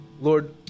Lord